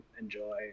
enjoy